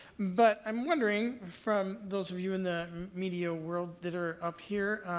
but, i'm wondering, from those of you in the media world that are up here,